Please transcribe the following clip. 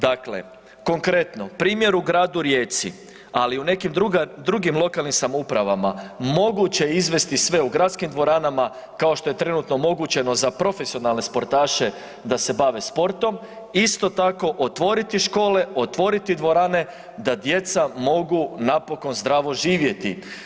Dakle, konkretno, primjer u gradu Rijeci, ali i u nekim drugim lokalnim samoupravama, moguće je izvesti sve, u gradskim dvoranama kao što je trenutno omogućeno za profesionalne sportaše da se bave sportom, isto tako, otvoriti škole, otvoriti dvorane da djeca mogu napokon zdravo živjeti.